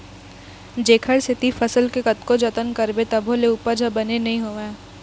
जेखर सेती फसल के कतको जतन करबे तभो ले उपज ह बने नइ होवय